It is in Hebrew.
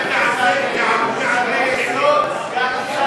אל תעשה את העבודה המלוכלכת.